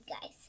guys